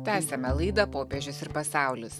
tęsiame laidą popiežius ir pasaulis